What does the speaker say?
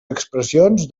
expressions